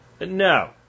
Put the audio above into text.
No